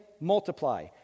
multiply